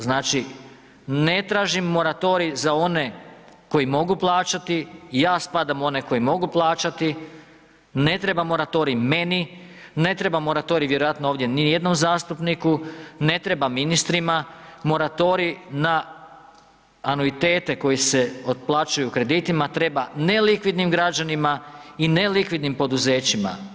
Znači, ne tražim moratorij za one koji mogu plaćati i ja spadam u one koji mogu plaćati, ne treba moratorij vjerojatno ovdje ni jednom zastupniku, ne treba ministrima, moratorij na anuitete koji se otplaćuju kreditima treba nelikvidnim građanima i nelikvidnim poduzećima.